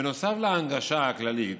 בנוסף להנגשה הכללית,